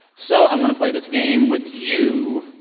so i'm going to play this game with you,